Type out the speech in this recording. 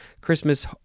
christmas